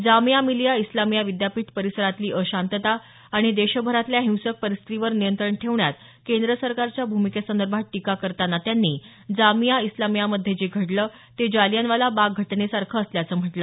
जामिया मिलिया इस्लामिया विद्यापीठ परिसरातली अशांतता आणि देशभरातल्या हिंसक परिस्थितीवर नियंत्रण ठेवण्यात केंद्र सरकारच्या भूमिकेसंदर्भात टीका करताना त्यांनी जामिया इस्लामियामध्ये जे घडलं ते जलियानवाला बाग घटनेसारखं असल्याचं म्हटलं